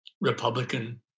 Republican